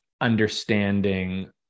understanding